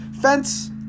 fence